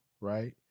right